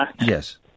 Yes